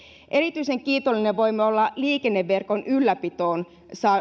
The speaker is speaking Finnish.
erityisen kiitollinen voimme olla liikenneverkon ylläpitoon